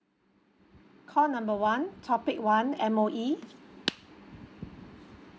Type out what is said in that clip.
call number one topic one M_O_E